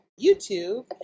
YouTube